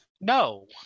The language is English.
No